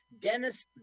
Dennis